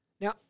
Now